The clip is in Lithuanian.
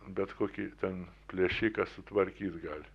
bet kokį ten plėšiką sutvarkyt gali